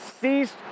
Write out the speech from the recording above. ceased